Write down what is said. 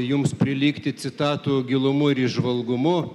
jums prilygti citatų gilumu ir įžvalgumu